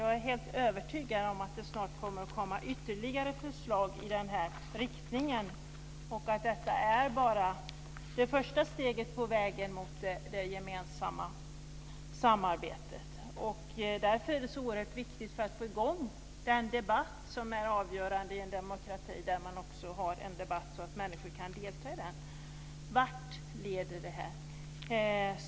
Jag är helt övertygad om att det kommer ytterligare förslag i den här riktningen och att detta bara är det första steget på vägen mot det gemensamma samarbetet. Det är därför oerhört viktigt att få i gång debatten, något som är avgörande i en demokrati, så att människor kan delta i den. Vart leder detta?